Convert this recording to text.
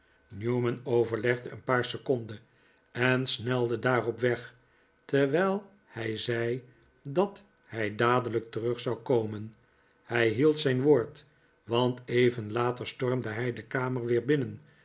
newman overlegde een paar seconden en snelde daarop weg terwijl hij zei dat hij dadelijk terug zou komen hij hield zijn woord want even later stormde hij de kamer weer binnen